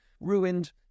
ruined